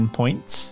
points